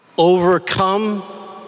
Overcome